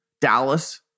Dallas